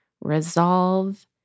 resolve